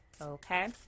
Okay